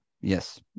yes